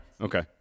Okay